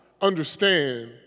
understand